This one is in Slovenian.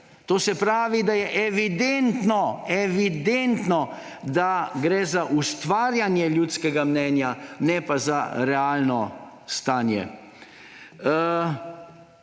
To se pravi, da je evidentno, evidentno, da gre za ustvarjanje ljudskega mnenja, ne pa za realno stanje.